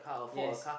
yes